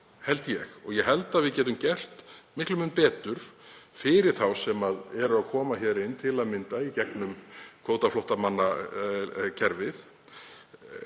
sóun og ég held að við getum gert miklu betur fyrir þá sem eru að koma hér inn, til að mynda í gegnum kvótaflóttamannakerfið,